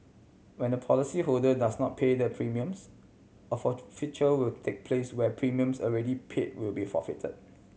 when a policyholder does not pay the premiums of a forfeiture will take place where premiums already pay will be forfeit